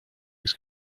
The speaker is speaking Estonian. kes